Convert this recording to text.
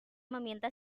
meminta